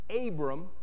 Abram